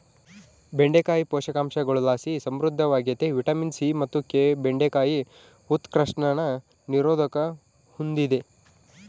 ಬೆಂಡೆಕಾಯಿ ಪೋಷಕಾಂಶಗುಳುಲಾಸಿ ಸಮೃದ್ಧವಾಗ್ಯತೆ ವಿಟಮಿನ್ ಸಿ ಮತ್ತು ಕೆ ಬೆಂಡೆಕಾಯಿ ಉತ್ಕರ್ಷಣ ನಿರೋಧಕ ಹೂಂದಿದೆ